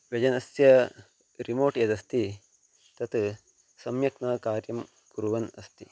व्यजनस्य रिमोट् यदस्ति तत् सम्यक् न कार्यं कुर्वन् अस्ति